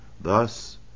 Thus